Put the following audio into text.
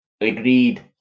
Agreed